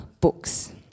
books